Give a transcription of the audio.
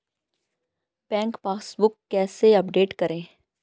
Bank passbook कैसे update करें?